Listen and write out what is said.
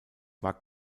war